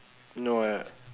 no I